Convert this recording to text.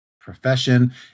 profession